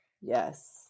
Yes